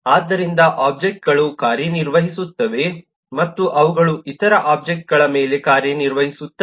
ಆದ್ದರಿಂದ ಒಬ್ಜೆಕ್ಟ್ಗಳು ಕಾರ್ಯನಿರ್ವಹಿಸುತ್ತವೆ ಮತ್ತು ಅವುಗಳು ಇತರ ಒಬ್ಜೆಕ್ಟ್ಗಳ ಮೇಲೆ ಕಾರ್ಯನಿರ್ವಹಿಸುತ್ತವೆ